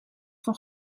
van